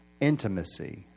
intimacy